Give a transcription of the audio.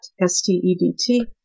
S-T-E-D-T